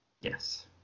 Yes